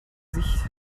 sich